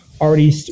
already